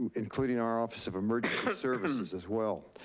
including our office of emergency services as well.